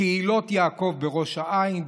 קהילות יעקב בראש העין,